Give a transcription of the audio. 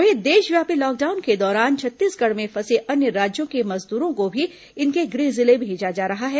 वहीं देशव्यापी लॉकडाउन के दौरान छत्तीसगढ़ में फंसे अन्य राज्यों के मजदूरों को भी इनके गृह जिले भेजा जा रहा है